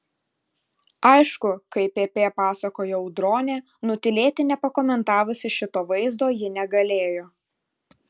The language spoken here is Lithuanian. aišku kaip pp pasakojo audronė nutylėti nepakomentavusi šito vaizdo ji negalėjo